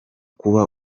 kuba